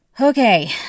Okay